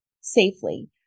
safely